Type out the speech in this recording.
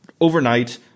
overnight